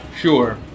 Sure